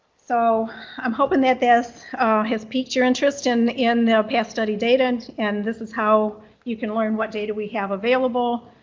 so i'm hoping that this has piqued your interest in in the path study data and and this is how you can learn what data we have available.